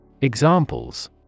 Examples